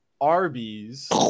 Arby's